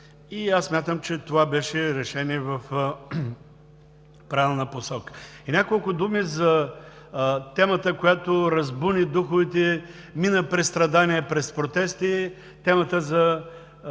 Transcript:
и аз смятам, че това беше решение в правилна посока. И няколко думи по темата, която разбуни духовете, мина през страдания, през протести – темата за